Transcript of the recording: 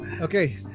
okay